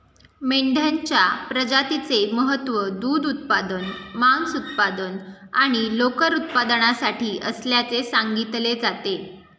मेंढ्यांच्या प्रजातीचे महत्त्व दूध उत्पादन, मांस उत्पादन आणि लोकर उत्पादनासाठी असल्याचे सांगितले जाते